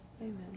Amen